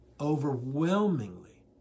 Overwhelmingly